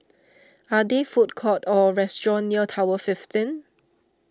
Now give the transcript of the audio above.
are there food courts or restaurants near Tower fifteen